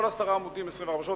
כל עשרה עמודים 24 שעות.